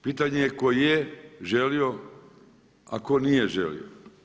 Pitanje je tko je želio a tko nije želio.